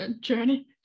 journey